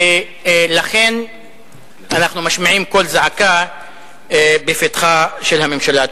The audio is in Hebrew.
ולכן אנחנו משמיעים קול זעקה בפתחה של הממשלה.